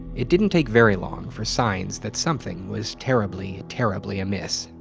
it didn't take very long for signs that something was terribly, terribly amiss.